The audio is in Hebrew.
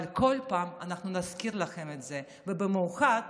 אבל כל פעם, אנחנו נזכיר לכם את זה, במיוחד